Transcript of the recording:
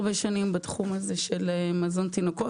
הרבה שנים של בתחום הזה של מזון תינוקות,